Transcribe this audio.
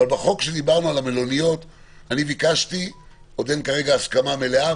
אבל על החוק של המלוניות עוד אין כרגע הסכמה מלאה.